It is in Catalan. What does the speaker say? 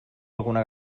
alguna